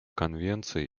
конвенции